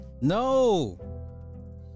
No